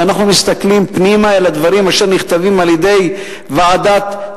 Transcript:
ואנחנו מסתכלים פנימה אל הדברים שנכתבים על-ידי ועדת-טירקל,